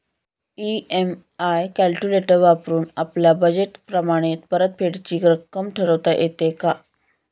EMI calculator वापरून आपापल्या budget प्रमाणे परतफेडीची रक्कम ठरवता येते का?